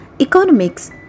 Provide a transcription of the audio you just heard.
economics